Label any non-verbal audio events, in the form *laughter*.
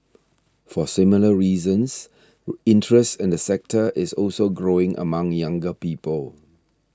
for similar reasons *hesitation* interest in the sector is also growing among younger people